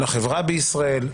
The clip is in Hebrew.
לחברה בישראל,